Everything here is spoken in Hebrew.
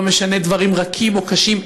לא משנה דברים רכים או קשים,